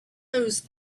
these